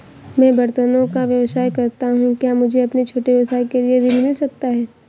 मैं बर्तनों का व्यवसाय करता हूँ क्या मुझे अपने छोटे व्यवसाय के लिए ऋण मिल सकता है?